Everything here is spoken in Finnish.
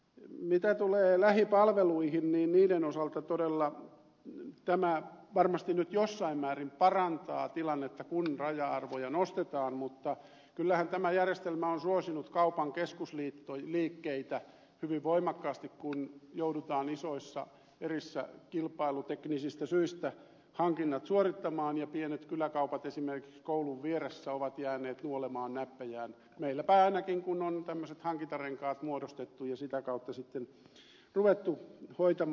mitä tulee lähipalveluihin niin niiden osalta todella tämä varmasti nyt jossain määrin parantaa tilannetta kun raja arvoja nostetaan mutta kyllähän tämä järjestelmä on suosinut kaupan keskusliikkeitä hyvin voimakkaasti kun joudutaan isoissa erissä kilpailuteknisistä syistä hankinnat suorittamaan ja pienet kyläkaupat esimerkiksi koulun vieressä ovat jääneet nuolemaan näppejään meillä päin ainakin kun on tämmöiset hankintarenkaat muodostettu ja sitä kautta sitten ruvettu hoitamaan asioita